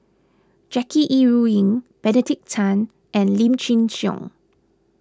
Jackie Yi Ru Ying Benedict Tan and Lim Chin Siong